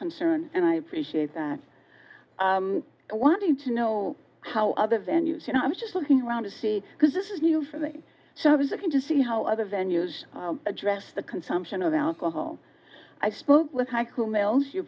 concern and i appreciate that i wanted to know how other than use you know i was just looking around to see because this is new for me so i was looking to see how other venues address the consumption of alcohol i spoke with haiku males you